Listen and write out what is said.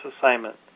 assignment